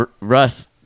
Russ